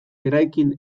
eraikin